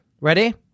Ready